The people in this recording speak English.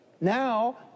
Now